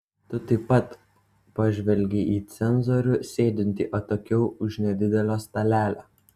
tu taip pat pažvelgei į cenzorių sėdintį atokiau už nedidelio stalelio